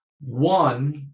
One